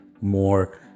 more